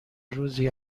روزی